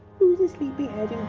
who's a sleepyhead